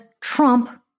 Trump